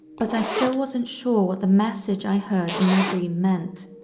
but i still wasn't sure what the message i heard in my dream meant,